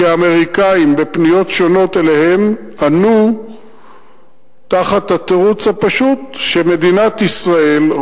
כי האמריקנים על פניות שונות אליהם ענו בתירוץ הפשוט שמדינת ישראל,